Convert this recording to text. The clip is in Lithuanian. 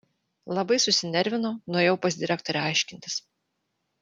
labai susinervinau nuėjau pas direktorę aiškintis